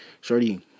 Shorty